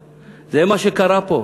זה מה שקרה פה, רבותי.